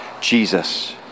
Jesus